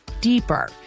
deeper